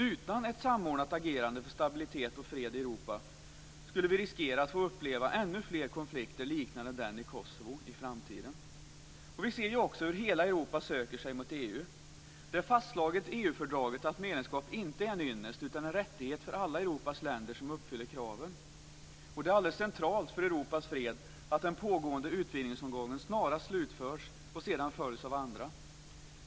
Utan ett samordnat agerande för stabilitet och fred i Europa skulle vi riskera att få uppleva ännu fler konflikter liknande den i Kosovo i framtiden. Vi ser också hur hela Europa söker sig mot EU. Det är fastslaget i EU-fördraget att medlemskap inte är en ynnest utan en rättighet för alla Europas länder som uppfyller kraven. Det är alldeles centralt för Europas fred att den pågående utvidgningsomgången snarast genomförs och sedan följs av andra.